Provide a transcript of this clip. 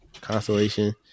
Constellation